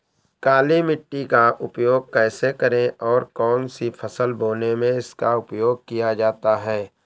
काली मिट्टी का उपयोग कैसे करें और कौन सी फसल बोने में इसका उपयोग किया जाता है?